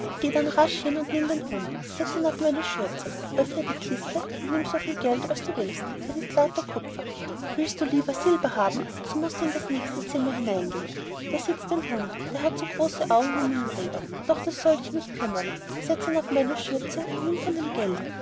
dann rasch hin und nimm den hund setze ihn auf meine schürze öffne die kiste und nimm so viel geld als du willst es ist lauter kupfer willst du lieber silber haben so mußt du in das nächste zimmer hineingehen aber da sitzt ein hund der hat ein paar augen so groß wie mühlräder doch das soll dich nicht kümmern setze ihn auf meine schürze und nimm von dem gelde